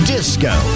Disco